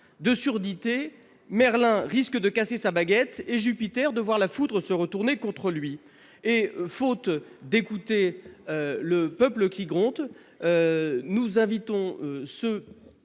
de surdité, Merlin risque de casser sa baguette, et Jupiter de voir la foudre se retourner contre lui. Faute d'écouter le peuple qui gronde, nous invitons ceux